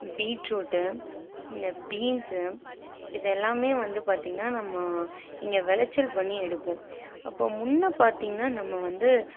beetroot இந்த beans இது எல்லாம் வந்து பார்த்தீங்கன்னா நம்ம இங்கே விளச்சல் பண்ணி எடுப்போம் அப்போ முன்ன பார்த்தீங்கன்னா நம்ம வந்து